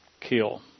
kill